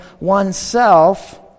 oneself